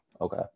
Okay